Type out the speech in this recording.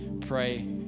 pray